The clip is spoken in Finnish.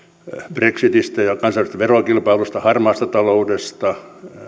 brexitistä ja kansainvälisestä verokilpailusta harmaasta taloudesta